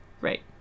Right